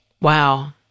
Wow